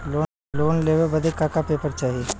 Loan लेवे बदे का का पेपर चाही?